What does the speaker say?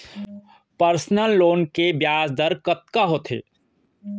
Personal loan ले के ब्याज दर कतका होथे?